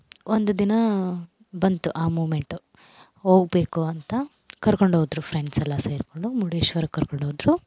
ಒಂದು ದಿನ ಬಂತು ಆ ಮೂಮೆಂಟು ಹೋಗ್ಬೇಕು ಅಂತ ಕರ್ಕೊಂಡೋದರು ಫ್ರೆಂಡ್ಸ್ ಎಲ್ಲ ಸೇರಿಕೊಂಡು ಮುರ್ಡೇಶ್ವರಕ್ಕೆ ಕರ್ಕೊಂಡೋದರು